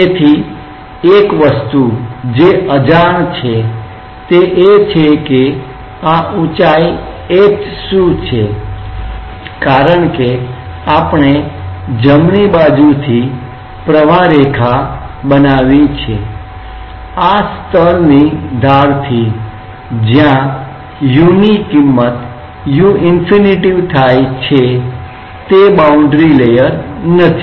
તેથી એક વસ્તુ જે અજાણ છે તે એ છે કે આ ઊંચાઇ h શું છે કારણ કે આપણે જમણી બાજુથી પ્રવાહરેખા સ્ટ્રીમલાઇન streamline બનાવી છે આ સ્તરની ધારથી જ્યાં u ની કિંમત 'u' ઇન્ફીનિટી થાય છે તે બાઉન્ડ્રી લેયર નથી